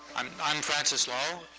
um i'm francis low.